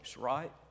right